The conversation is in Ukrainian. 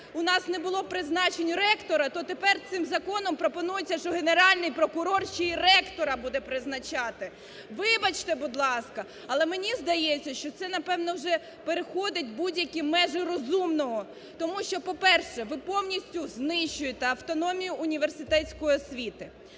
у нас не було призначень ректора, то тепер цим законом пропонується, що Генеральний прокурор ще й ректора буде призначати. Вибачте, будь ласка, але мені здається, що це напевно вже переходить будь-які межі розумного. Тому що, по-перше, ви повністю знищуєте автономію університетської освіти.